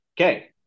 Okay